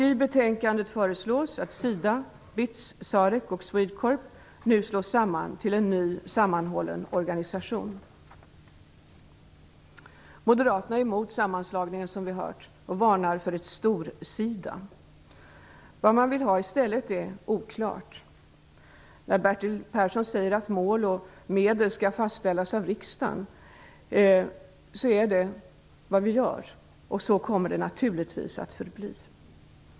I betänkandet föreslås att SIDA, BITS, SAREC och Swedecorp nu slås samman till en ny, sammanhållen organisation. Moderaterna är emot sammanslagningen, som vi har hört, och varnar för ett stor-SIDA. Vad man vill ha i stället är oklart. Bertil Persson säger att mål och medel skall fastställas av riksdagen, och det är vad som görs och som det naturligtvis kommer att förbli.